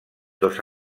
dos